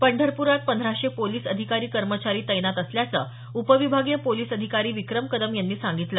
पंढरपुरात पंधराशे पोलीस अधिकारी कर्मचारी तैनात असल्याचं उपविभागीय पोलीस अधिकारी विक्रम कदम यांनी सांगितलं